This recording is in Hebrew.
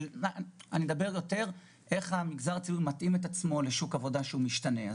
אני מדבר על איך המגזר הציבורי מתאים את עצמו לשוק עבודה משתנה.